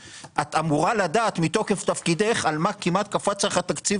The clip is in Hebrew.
את אמורה לדעת מתוקף תפקידך על מה כמעט קפץ לך התקציב